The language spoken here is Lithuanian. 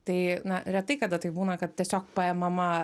tai na retai kada taip būna kad tiesiog paimama